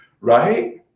right